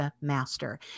Master